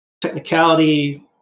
technicality